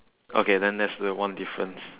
okay then there's the one difference